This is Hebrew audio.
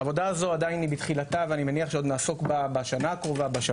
העבודה הזו עדיין בתחילתה ואני מניח שעוד נעסוק בה בשנים הקרובות.